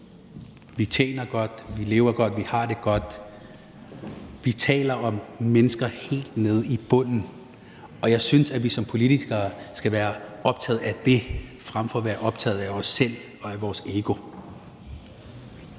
vi tjener godt; vi lever godt; vi har det godt. Vi taler om mennesker helt nede på bunden, og jeg synes, at vi som politikere skal være optaget af dem frem for at være optaget af os selv og af vores ego.